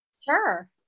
Sure